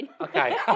Okay